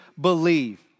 believe